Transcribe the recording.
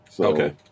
Okay